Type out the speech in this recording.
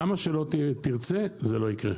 כמה שלא תרצה, זה לא יקרה.